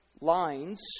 lines